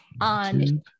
on